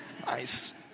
Nice